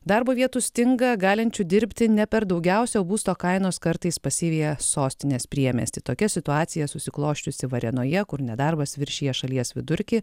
darbo vietų stinga galinčių dirbti ne per daugiausia o būsto kainos kartais pasiveja sostinės priemiestį tokia situacija susiklosčiusi varėnoje kur nedarbas viršija šalies vidurkį